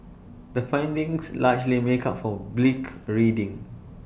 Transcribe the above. the findings largely make up for bleak reading